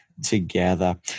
together